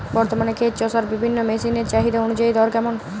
বর্তমানে ক্ষেত চষার বিভিন্ন মেশিন এর চাহিদা অনুযায়ী দর কেমন?